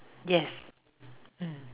yes mm